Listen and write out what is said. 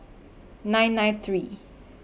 nine nine three